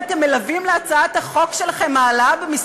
האם אתם מלווים את הצעת החוק שלכם בהעלאת כמות